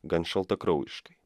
gan šaltakraujiškai